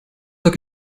look